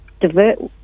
divert